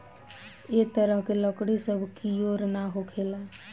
ए तरह के लकड़ी सब कियोर ना होखेला